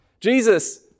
Jesus